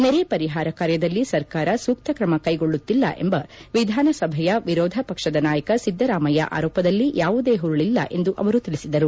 ನೆರೆ ಪರಿಹಾರ ಕಾರ್ಯದಲ್ಲಿ ಸರ್ಕಾರ ಸೂಕ್ತ ಕ್ರಮ ಕೈಗೊಳ್ಳುತ್ತಿಲ್ಲ ಎಂಬ ವಿಧಾನಸಭೆಯ ವಿರೋಧ ಪಕ್ಷದ ನಾಯಕ ಸಿದ್ದರಾಮಯ್ಯ ಆರೋಪದಲ್ಲಿ ಯಾವುದೇ ಹುರುಳಿಲ್ಲ ಎಂದು ಅವರು ತಿಳಿಸಿದರು